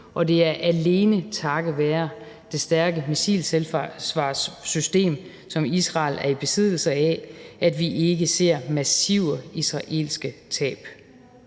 og det er alene takket være det stærke missilforsvarssystem, som Israel er i besiddelse af, at vi ikke ser massive israelske tab.